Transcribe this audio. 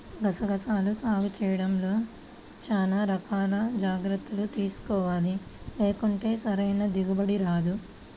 గసగసాల సాగు చేయడంలో చానా రకాల జాగర్తలు తీసుకోవాలి, లేకుంటే సరైన దిగుబడి రాదు